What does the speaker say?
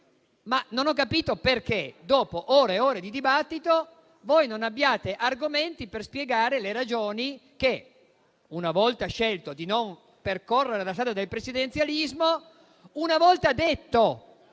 Non ho capito invece una cosa, dopo ore e ore di dibattito, e non avete argomenti per spiegarne le ragioni, una volta scelto di non percorrere la strada del presidenzialismo e una volta detto